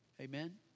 Amen